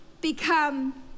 become